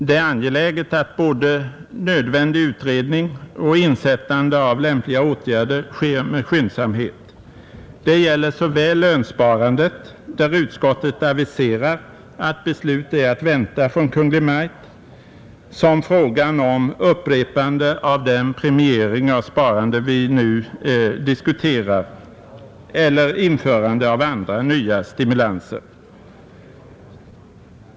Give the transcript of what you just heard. Det är angeläget att både utredning och insättande av lämpliga åtgärder sker med skyndsamhet, Detta gäller såväl lönsparandet — utskottet aviserar att beslut därom är att vänta från Kungl. Maj:t — som frågan om upprepande av den premiering av sparande vi nu diskuterar eller införande av andra, nya stimulanser.